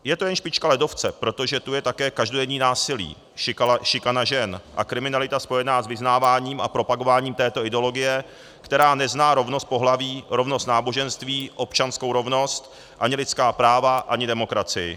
Je to jen špička ledovce, protože tu je také každodenní násilí, šikana žen a kriminalita spojená s vyznáváním a propagováním této ideologie, která nezná rovnost pohlaví, rovnost náboženství, občanskou rovnost, ani lidská práva, ani demokracii.